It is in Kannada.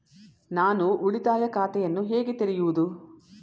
ನಾನು ಉಳಿತಾಯ ಖಾತೆಯನ್ನು ಹೇಗೆ ತೆರೆಯುವುದು?